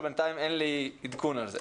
אבל בינתיים אין לי עדכון על זה.